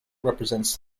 represents